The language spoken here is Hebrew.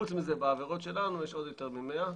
וחוץ מזה בעבירות שלנו יש עוד יותר מ-100,